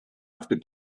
after